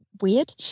weird